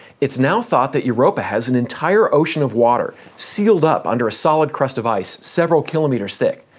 it's now thought that europa has an entire ocean of water, sealed up under a solid crust of ice several kilometers thick.